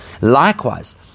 Likewise